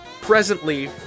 presently